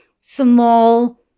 small